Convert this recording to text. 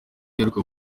iheruka